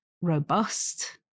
robust